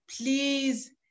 please